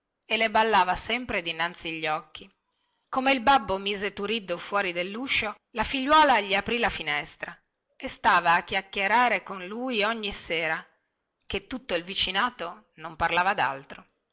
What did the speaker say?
e le ballava sempre dinanzi gli occhi come il babbo mise turiddu fuori delluscio la figliuola gli aprì la finestra e stava a chiacchierare con lui tutta la sera che tutto il vicinato non parlava daltro